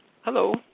Hello